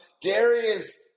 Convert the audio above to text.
Darius